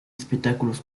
espectáculos